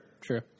true